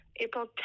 April